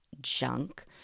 junk